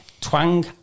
Twang